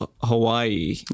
Hawaii